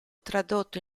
tradotto